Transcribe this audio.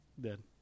dead